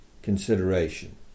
Consideration